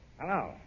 Hello